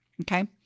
Okay